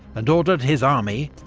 and ordered his army,